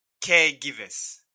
caregivers